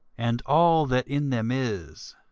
and all that in them is